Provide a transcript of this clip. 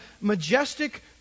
majestic